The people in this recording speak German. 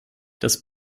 das